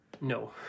No